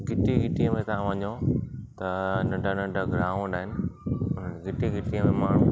घिटी घिटीअ में तव्हां वञो त नंढा नंढा ग्राउंड आहिनि हुन घिटी घिटीअ में माण्हू